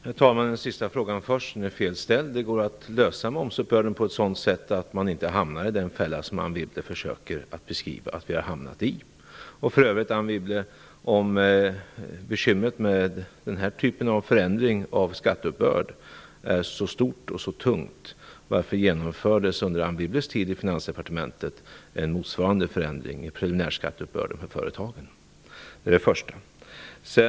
Herr talman! Jag besvarar den sista frågan först. Den är fel ställd. Det går att genomföra momsuppbörden på ett sådant sätt att man inte hamnar i den fälla som Anne Wibble försöker hävda att vi har hamnat i. För övrigt, Anne Wibble, om bekymret med den här typen av förändring av skatteuppbörd är så stort och tungt, varför genomfördes under Anne Wibbles tid i Finansdepartementet en motsvarande förändring i preliminärskatteuppbörden för företagen?